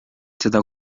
seda